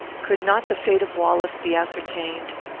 could not the fate of wallace be ascertained?